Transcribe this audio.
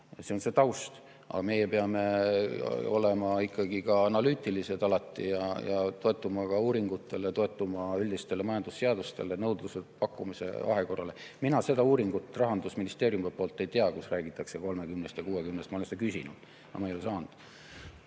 See on see taust. Aga meie peame olema ikkagi analüütilised alati ja toetuma uuringutele, üldistele majandusseadustele, nõudluse-pakkumise vahekorrale. Mina seda Rahandusministeeriumi uuringut ei tea, kus räägitakse 30-st ja 60-st, ma olen seda küsinud, aga ma ei ole saanud.